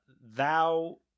thou